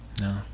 No